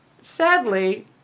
sadly